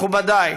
מכובדי,